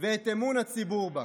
ואת אמון הציבור בה".